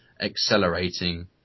accelerating